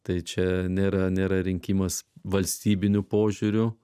tai čia nėra nėra rinkimas valstybiniu požiūriu